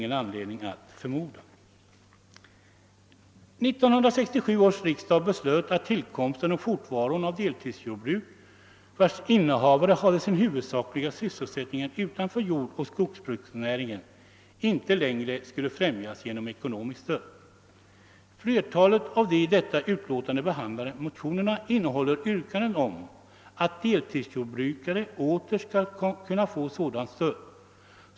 1967 års riksdag beslöt att tillkomsten och fortvaron av deltidsjordbruk, vilkas innehavare hade sin huvudsakliga sysselsättning utanför jordoch skogsbruksnäringen, inte längre skulle främjas genom ekonomiskt stöd. I flertalet av de i utlåtande nr 13 behandlade motionerna yrkas att deltidsjordbrukare åter skall kunna få sådant stöd.